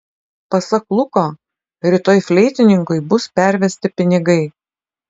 pasak luko rytoj fleitininkui bus pervesti pinigai